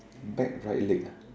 back right leg ah